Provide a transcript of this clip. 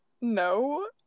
No